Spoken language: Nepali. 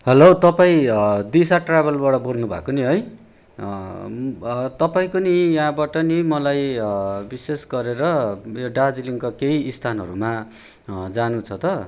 हेलो तपाईँ दिसा ट्र्याभलबाट बोल्नुभएको नि है तपाँईको नि यहाँबाट नि मलाई विशेष गरेर उयो दार्जिलिङको केही स्थानहरूमा जानु छ त